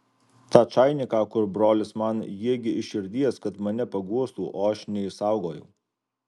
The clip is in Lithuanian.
tą čainiką kur brolis man jie gi iš širdies kad mane paguostų o aš neišsaugojau